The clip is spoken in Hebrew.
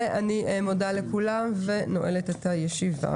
אני מודה לכולם ונועלת את הישיבה.